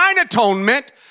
atonement